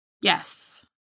Yes